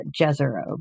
Jezero